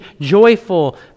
joyful